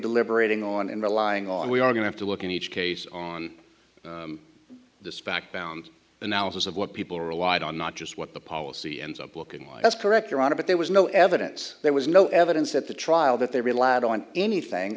deliberating on and relying on we are going to look at each case on this background analysis of what people relied on not just what the policy ends up looking like that's correct your honor but there was no evidence there was no evidence at the trial that they relied on anything